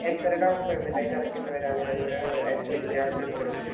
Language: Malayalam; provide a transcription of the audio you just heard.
എത്ര ഡൗൺ പേയ്മെൻറ്റായിട്ടടക്കണ്ടി വരുക അങ്ങനെ ഒരു എസ് ട്വൻറ്റി ത്രീ അൾട്രാ എടുക്കണെങ്കിൽ